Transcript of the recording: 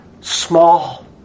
small